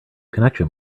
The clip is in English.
connection